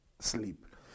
sleep